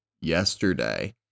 yesterday